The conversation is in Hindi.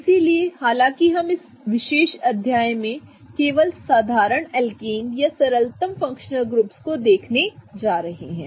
इसलिए हालांकि हम इस विशेष अध्याय में केवल साधारण एल्केन या सरलतम फंक्शनल ग्रुप को देखने जा रहे हैं